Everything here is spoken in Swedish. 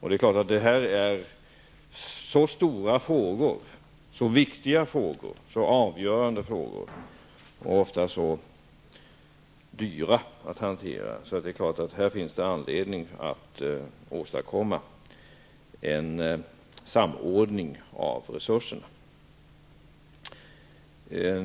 Det här är så stora, viktiga och avgörande frågor, som är dyra att hantera, att det självfallet finns anledning att åstadkomma en samordning av resurserna.